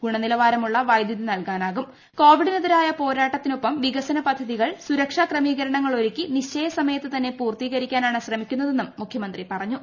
ഗുണനിലവാരമുള്ള വൈദ്യുതി കോവിഡിനെതിരായ പോരാട്ടത്തിനൊപ്പം വികസനപദ്ധതികൾ സുരക്ഷാ ക്രമീകരണങ്ങൾ ഒരുക്കി നിശ്ചിതസമയത്ത് തന്നെ പൂർത്തീകരിക്കാനാണ് ശ്രമിക്കുന്നതെന്നും മുഖ്യമന്ത്രി പറഞ്ഞു